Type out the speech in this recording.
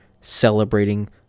celebrating